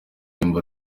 yumva